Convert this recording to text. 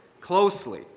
closely